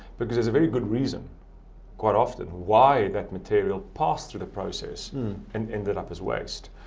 because there's a very good reason quite often why that material passed through the process and ended up as waste.